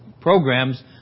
programs